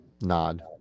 nod